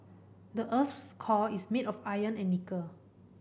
the earth's core is made of iron and nickel